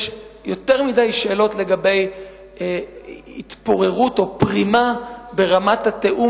יש יותר מדי שאלות לגבי פרימה ברמת התיאום